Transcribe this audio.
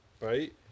Right